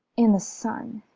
in the sun,